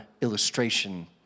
illustration